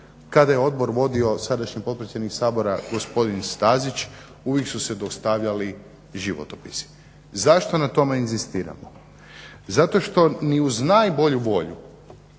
kada je odbor vodio sadašnji potpredsjednik Sabora gospodin Stazić uvijek su se dostavljali životopisi. Zašto na tome inzistiramo? Zato što ni uz najbolju volju